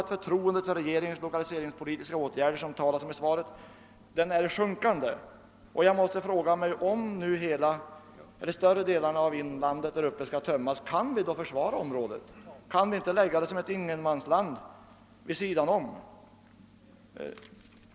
Men förtroendet för regeringens lokaliseringspolitiska åtgärder, som det talas om i svaret, tror jag är i oavbrutet sjunkande. Jag frågor mig: Om nu större delarna av inlandet där uppe i norr skall tömmas, kan vi då försvara området? Bör vi då inte i stället göra det till ett ingenmansland vid sidan om?